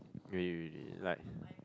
really really like